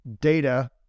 data